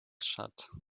shut